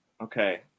Okay